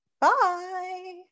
Bye